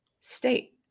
state